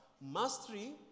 mastery